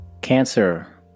Cancer